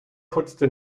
putzte